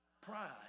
Pride